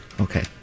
Okay